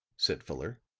said fuller,